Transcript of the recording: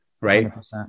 right